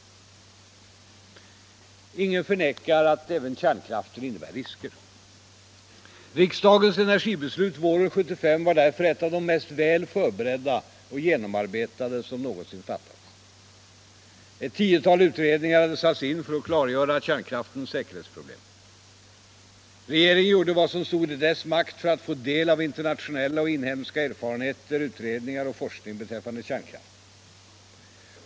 Ingen förnekar att även kärnkraften innebär risker. Riksdagens energibeslut våren 1975 var därför ett av de mest väl förberedda och genomarbetade som någonsin fattats. Ett tiotal utredningar hade satts in för att klargöra kärnkraftens säkerhetsproblem. Regeringen gjorde vad som stod i dess makt för att få del av internationella och inhemska erfarenheter, utredningar och forskning beträffande kärnkraften.